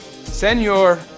Senor